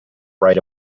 right